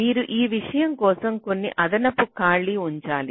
మీరు ఈ విషయాల కోసం కొన్ని అదనపు ఖాళీ ఉంచాలి